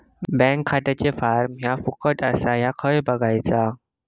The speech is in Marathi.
बँक खात्याचो फार्म फुकट असा ह्या कसा बगायचा?